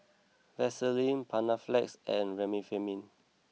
Vaselin Panaflex and Remifemin